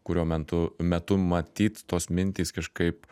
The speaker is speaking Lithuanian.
kurio mentu metu matyt tos mintys kažkaip